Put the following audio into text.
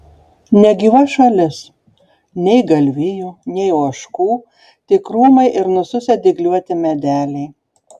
negyva šalis nei galvijų nei ožkų tik krūmai ir nususę dygliuoti medeliai